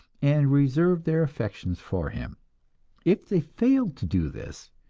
and reserved their affections for him if they failed to do this,